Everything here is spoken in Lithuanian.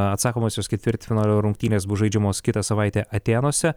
atsakomosios ketvirtfinalio rungtynės bus žaidžiamos kitą savaitę atėnuose